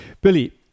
Billy